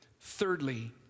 thirdly